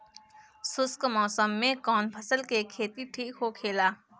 शुष्क मौसम में कउन फसल के खेती ठीक होखेला?